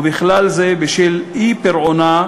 ובכלל זה בשל אי-פירעונה,